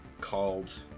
called